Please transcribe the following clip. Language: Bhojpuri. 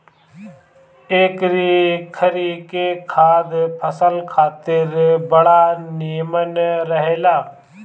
एकरी खरी के खाद फसल खातिर बड़ा निमन रहेला